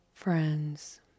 Friends